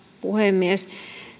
puhemies